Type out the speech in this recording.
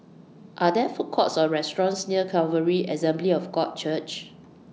Are There Food Courts Or restaurants near Calvary Assembly of God Church